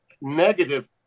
negative